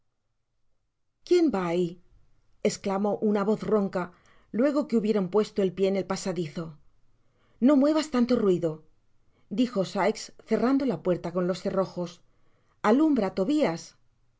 iiien va ahi esclamó una voz ronca luego que hubieron puesto el pié en el pasadizo no muevas tanto ruido dijo sikes cerrando la puerta con los cerrojos alumbra tobias ah